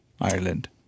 Ireland